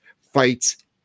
fights